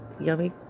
yummy